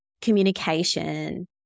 communication